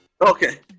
Okay